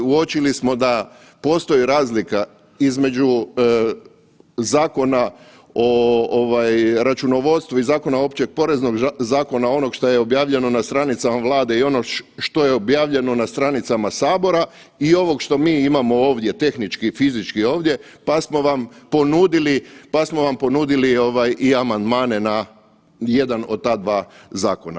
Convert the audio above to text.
Uočili smo da postoji razlika između zakona o ovaj računovodstvu i zakona općeg poreznog zakona onog šta je objavljeno na stranicama Vlade i ono što je objavljeno na stranicama sabora i ovog što mi imamo ovdje, tehnički, fizički je ovdje pa smo vam ponudili, pa smo vam ponudili i amandmane na jedan od ta dva zakona.